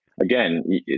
again